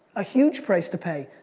a huge price to pay.